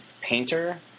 painter